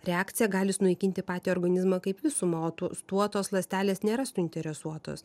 reakcija gali sunaikinti patį organizmą kaip visumą o tu tuo tos ląstelės nėra suinteresuotos